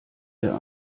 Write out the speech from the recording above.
der